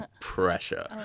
pressure